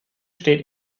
steht